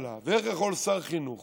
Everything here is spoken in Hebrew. הממשלה ואיך יכול שר חינוך